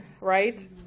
right